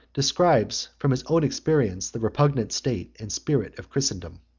describes from his own experience the repugnant state and spirit of christendom.